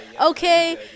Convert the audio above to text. okay